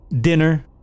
dinner